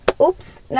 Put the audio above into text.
oops